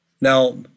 Now